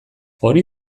hori